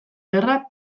gerra